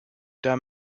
there